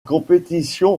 compétition